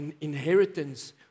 inheritance